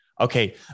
Okay